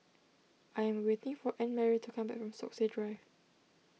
I am waiting for Annemarie to come back from Stokesay Drive